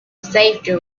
safety